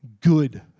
good